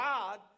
God